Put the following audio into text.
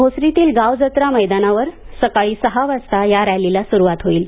भोसरीतील गावजत्रा मैदानावर सकाळी सहा वाजता या रॅलीला सुरुवात होईल